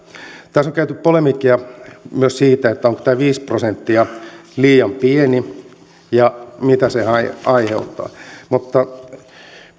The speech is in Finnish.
tässä on käyty polemiikkia myös siitä onko tämä viisi prosenttia liian pieni ja mitä se aiheuttaa mutta